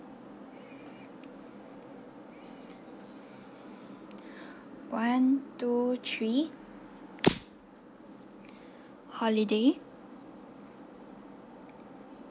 one two three holiday